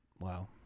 Wow